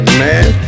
man